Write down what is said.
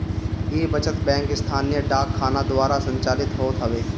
इ बचत बैंक स्थानीय डाक खाना द्वारा संचालित होत हवे